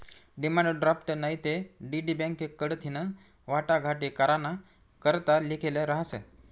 demand draft नैते DD bank कडथीन वाटाघाटी कराना करता लिखेल रहास